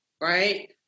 right